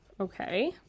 okay